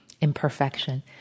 imperfection